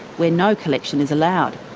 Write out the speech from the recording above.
where no collection is allowed.